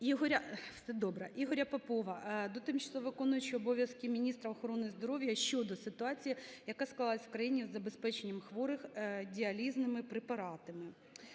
Ігоря Попова до тимчасово виконуючої обов'язки міністра охорони здоров'я України щодо ситуації яка склалась в країні з забезпеченням хворих діалізними препаратами.